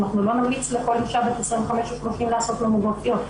אנחנו לא נמליץ לכל אישה בת 25 ו-30 לעשות ממוגרפיות.